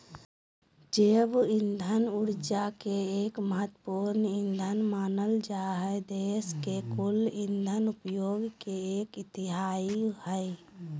जैव इंधन ऊर्जा के एक महत्त्वपूर्ण ईंधन मानल जा हई देश के कुल इंधन उपयोग के एक तिहाई हई